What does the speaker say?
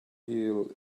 heel